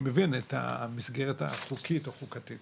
אני מבין את המסגרת החוקית, החוקתית